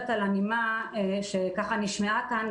אני אגיד מה הטכניקה שאנחנו עושים.